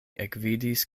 ekvidis